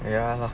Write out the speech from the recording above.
ya lah